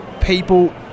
people